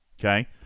Okay